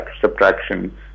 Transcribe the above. subtraction